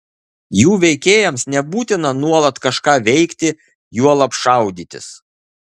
jų veikėjams nebūtina nuolat kažką veikti juolab šaudytis